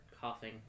coughing